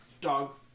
dogs